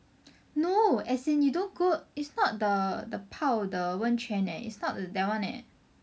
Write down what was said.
no as in you don't go it's not the the 泡 the 温泉 leh it's not that one leh